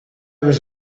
was